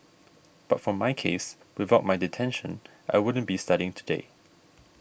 but for my case without my detention I wouldn't be studying today